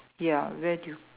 ya where do you